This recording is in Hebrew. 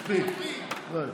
קרעי, מספיק, די.